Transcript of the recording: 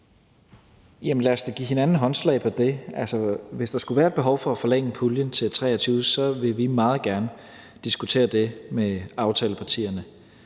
lad os da give hinanden håndslag på det. Altså, hvis der skulle være et behov for at forlænge puljen til 2023, vil vi meget gerne diskutere det med aftalepartierne.